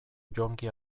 jonki